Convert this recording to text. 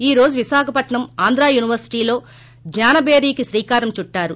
ఈ రోజు విశాఖపట్సం ఆంధ్ర యూనివర్పిటీలో జ్ఞానభేరికి శ్రీకారం చుట్టారు